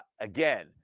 again